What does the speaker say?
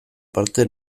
parte